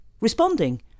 responding